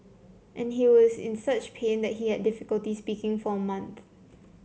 and he was in such pain that he had difficulty speaking for a month